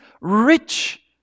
rich